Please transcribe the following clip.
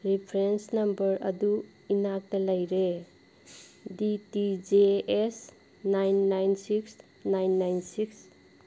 reference number ꯑꯗꯨ ꯏꯅꯥꯛꯇ ꯂꯩꯔꯦ D T J S nine nine six nine nine six